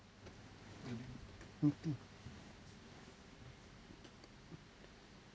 mm mmhmm